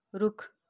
रुख